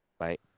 right